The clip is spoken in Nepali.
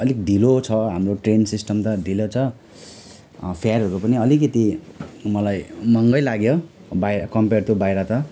अलिक ढिलो छ हाम्रो ट्रेन सिस्टम त ढिलो छ फेयरहरू पनि अलिकति मलाई महँगै लाग्यो बा कम्पियर टू बाहिर त